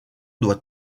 doit